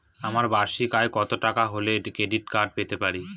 আমার বার্ষিক আয় কত টাকা হলে ক্রেডিট কার্ড পেতে পারি?